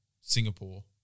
Singapore